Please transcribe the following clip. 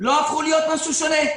לא הפכו להיות משהו שונה.